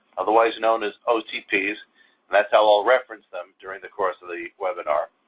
otherwise known as otps, and that's how i'll reference them, during the course of the webinar.